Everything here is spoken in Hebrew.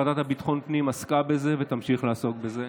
הוועדה לביטחון פנים עסקה בזה ותמשיך לעסוק בזה.